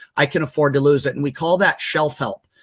i can afford to lose it. and we call that shelf-help.